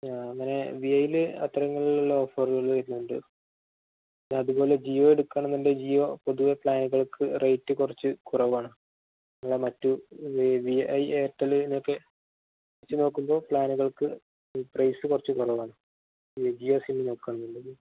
ആ അങ്ങനെ വി ഐയില് അത്തരലുലുള്ള ഓഫറുകള് വരുന്നുണ്ട് അതുപോലെ ജിയോ എടുക്കുകയാണെന്നുണ്ടെങ്കില് ജിയോ പൊതുവെ പ്ലാനുകൾക്ക് റേറ്റ് കുറച്ച് കുറവാണ് നിങ്ങള് മറ്റ് വി ഐ എയർടെല് ഇതൊക്കെ വെച്ച് നോക്കുമ്പോള് പ്ലാനുകൾക്ക് പ്രൈസ് കുറച്ച് കുറവാണ് ജിയോ സിം നോക്കുകയാണെന്നുണ്ടെങ്കില്